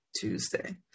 Tuesday